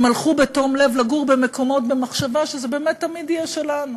הם הלכו בתום לב לגור במקומות במחשבה שזה באמת תמיד יהיה שלנו.